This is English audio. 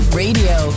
radio